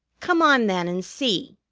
come on, then, and see,